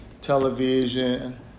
television